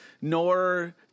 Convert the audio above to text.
nor-